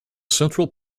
central